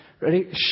Ready